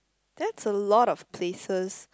that's a lot of places